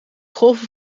golven